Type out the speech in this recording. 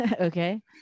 okay